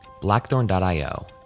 Blackthorn.io